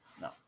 no